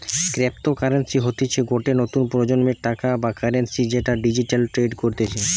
cryptocurrency হতিছে গটে নতুন প্রজন্মের টাকা বা কারেন্সি যেটা ডিজিটালি ট্রেড করতিছে